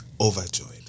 overjoyed